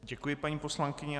Děkuji paní poslankyni.